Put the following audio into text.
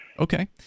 Okay